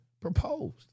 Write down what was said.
proposed